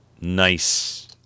nice